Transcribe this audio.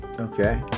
Okay